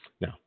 Now